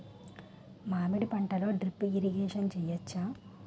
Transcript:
మామిడి పంటలో drip irrigation చేయచ్చా?